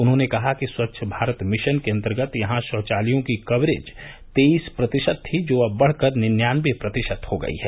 उन्होंने कहा कि स्वच्छ भारत मिशन के अन्तर्गत यहां शौचालयों की कवरेज तेईस प्रतिशत थी जो अब बढ़कर निंनयानयें प्रतिशत हो गई है